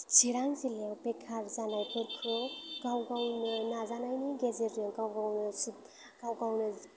चिरां जिल्लायाव बेखार जानायफोरखौ गाव गावनो नाजानायनि गेजेरजों गाव गावनो गाव गावनो